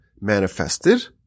manifested